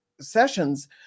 sessions